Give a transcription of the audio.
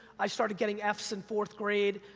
i started getting f's in fourth grade,